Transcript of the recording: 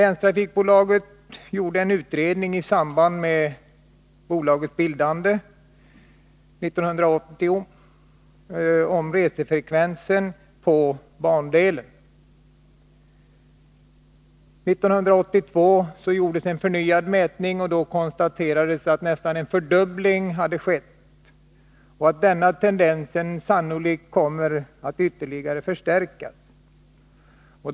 Länstrafikbolaget gjorde i samband med att bolaget bildades 1980 en utredning om resefrekvensen på bandelen. År 1982 gjordes en förnyad mätning, och då konstaterades att nästan en fördubbling hade skett och att denna tendens sannolikt kommer att förstärkas ytterligare.